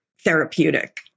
therapeutic